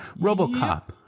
Robocop